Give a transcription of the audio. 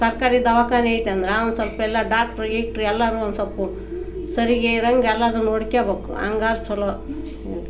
ಸರ್ಕಾರಿ ದವಾಖಾನಿ ಐತಿ ಅಂದ್ರೆ ಅವನು ಸ್ವಲ್ಪ ಎಲ್ಲ ಡಾಕ್ಟ್ರು ಗೀಕ್ಟ್ರು ಎಲ್ಲನೂ ಒಂದು ಸ್ವಲ್ಪ ಸರಿಗೆ ಇರೋಂಗೆ ಎಲ್ಲದೂ ನೋಡ್ಕೊಬೇಕು ಹಂಗಾರೆ ಚಲೋ ಇದು